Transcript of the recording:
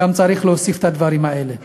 גם צריך להוסיף את הדברים האלה.